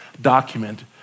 document